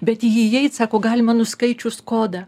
bet į jį įeit sako galima nuskaičius kodą